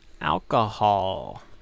Alcohol